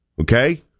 okay